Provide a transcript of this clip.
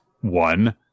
one